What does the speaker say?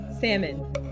Salmon